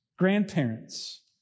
grandparents